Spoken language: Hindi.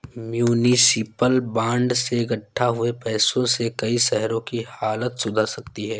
म्युनिसिपल बांड से इक्कठा हुए पैसों से कई शहरों की हालत सुधर सकती है